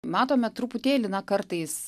matome truputėlį na kartais